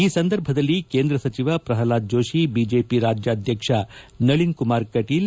ಈ ಸಂದರ್ಭದಲ್ಲಿ ಕೇಂದ್ರ ಸಚಿವ ಪ್ರಹ್ನಾದ್ ಜೋಶಿ ಬಿಜೆಪಿ ರಾಜ್ಯಾಧಕ್ಷ ನೀನ್ ಕುಮಾರ್ ಕಟೀಲ್